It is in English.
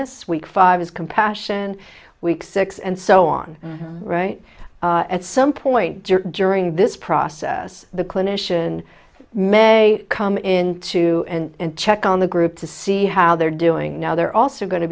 ss week five is compassion week six and so on right at some point during this process the clinician may come into and check on the group to see how they're doing now they're also going to